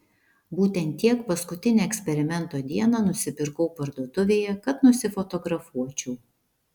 būtent tiek paskutinę eksperimento dieną nusipirkau parduotuvėje kad nusifotografuočiau